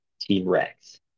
T-Rex